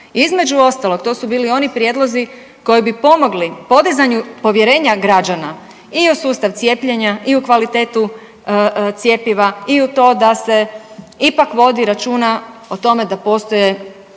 Između ostalog, to su bili oni prijedlozi koji bi pomogli podizanju povjerenja građana i u sustav cijepljenja i u kvalitetu cjepiva i to da se ipak vodi računa o tome da postoje